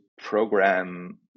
program